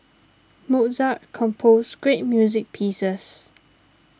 Mozart composed great music pieces